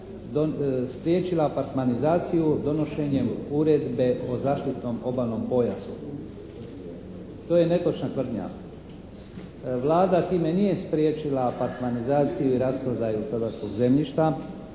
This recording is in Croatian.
spriječila apartmanizaciju donošenjem uredbe o zaštitnom obalnom pojasu. To je netočna tvrdnja. Vlada time nije spriječila apartmanizaciju i rasprodaju hrvatskog zemljišta,